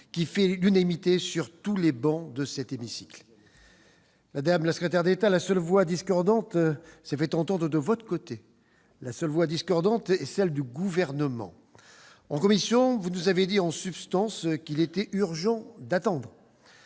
qui fait l'unanimité sur toutes les travées de cet hémicycle. Madame la secrétaire d'État, la seule voix discordante s'est fait entendre du côté du Gouvernement. En commission, vous nous avez dit en substance qu'il était urgent d'attendre